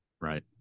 Right